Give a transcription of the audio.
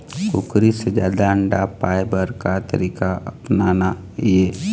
कुकरी से जादा अंडा पाय बर का तरीका अपनाना ये?